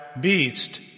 beast